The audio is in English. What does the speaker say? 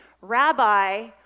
Rabbi